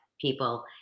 people